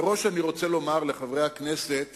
מראש אני רוצה לומר לחברי הכנסת